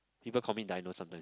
people call me Dino something